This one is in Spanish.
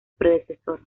predecesor